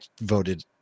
voted